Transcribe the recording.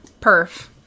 Perf